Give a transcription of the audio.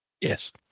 Yes